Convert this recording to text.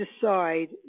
decide